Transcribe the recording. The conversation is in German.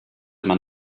man